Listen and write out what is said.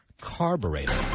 Carburetor